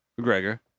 McGregor